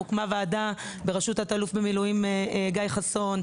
הוקמה ועדה בראשות תת אלוף במילואים גיא חסון,